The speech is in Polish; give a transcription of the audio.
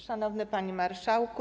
Szanowny Panie Marszałku!